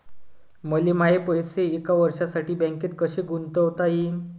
मले माये पैसे एक वर्षासाठी बँकेत कसे गुंतवता येईन?